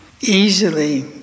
easily